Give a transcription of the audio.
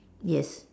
yes